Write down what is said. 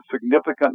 significant